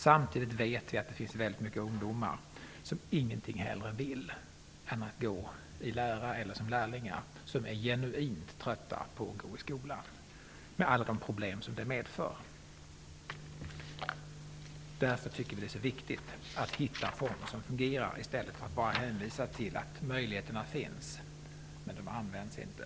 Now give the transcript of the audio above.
Samtidigt vet vi att det finns väldigt många ungdomar som ingenting hellre vill än att gå som lärling. De är genuint trötta på att gå i skolan med alla de problem det medför. Därför tycker vi att det är så viktigt att hitta former som fungerar i stället för att bara hänvisa till att möjligheterna finns. De används inte.